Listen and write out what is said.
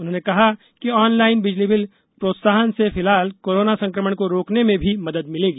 उन्होंने कहा कि ऑनलाइन बिजली बिल प्रोत्साहन से फिलहाल कोरोना संक्रमण को रोकने में भी मदद मिलेगी